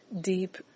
deep